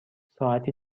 ساعتی